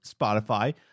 Spotify